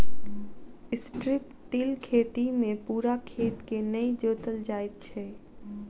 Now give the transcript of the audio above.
strip till खेती मे पूरा खेत के नै जोतल जाइत छै